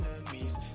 enemies